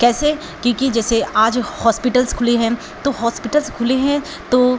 कैसे क्योंकि जैसे आज हॉस्पिटल्स खुले हैं तो हॉस्पिटल्स खुले हैं तो